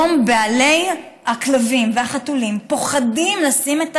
היום בעלי הכלבים והחתולים פוחדים לשים את